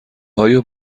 آیا